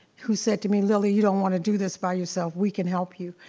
who said to me, lilly you don't want to do this by yourself. we can help you.